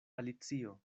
alicio